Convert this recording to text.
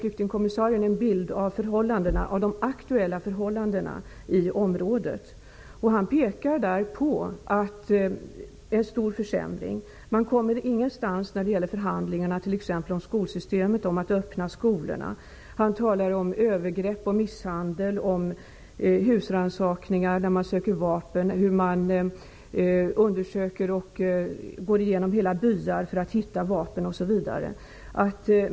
Flyktingkommissarien ger en bild av de aktuella förhållandena i området, där hon pekar på stora försämringar. Man kommer ingenstans när det gäller förhandlingarna om t.ex. skolsystemet, dvs. att öppna skolorna. Det talas om övergrepp, misshandel och husrannsakningar där man söker efter vapen. Man gör undersökningar och går igenom hela byar för att hitta vapen osv.